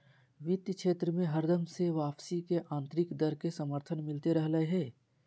वित्तीय क्षेत्र मे हरदम से वापसी के आन्तरिक दर के समर्थन मिलते रहलय हें